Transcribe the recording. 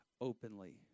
openly